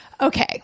okay